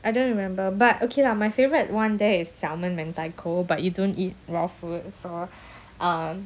I don't remember but okay lah my favourite [one] there is salmon mentaiko but you don't eat raw food so um